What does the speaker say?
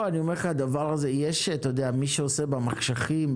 מי שעושה במחשכים,